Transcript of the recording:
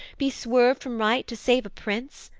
be swerved from right to save a prince,